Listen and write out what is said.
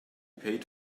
paid